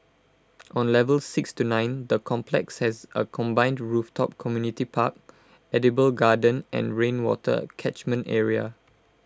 on levels six to nine the complex has A combined rooftop community park edible garden and rainwater catchment area